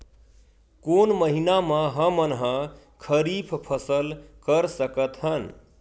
कोन महिना म हमन ह खरीफ फसल कर सकत हन?